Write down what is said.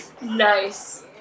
Nice